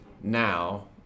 Now